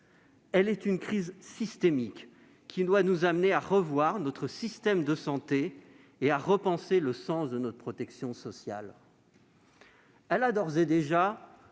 Cette crise est systémique et doit nous amener à revoir notre système de santé et à repenser le sens de notre protection sociale. Elle a d'ores et déjà